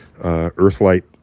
Earthlight